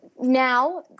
Now